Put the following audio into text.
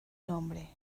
nombre